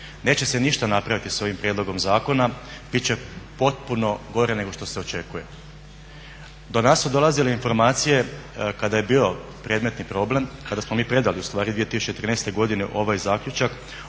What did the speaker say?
Neće se ništa napraviti s ovim prijedlogom zakona, bit će potpuno gore nego što se očekuje. Do nas su dolazile informacije kad je bio predmetni problem, kada smo mi predali ustvari 2013.godine ovaj zaključak